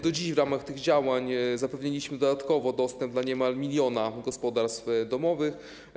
Do dziś w ramach tych działań zapewniliśmy dodatkowo dostęp dla niemal 1 mln gospodarstw domowych.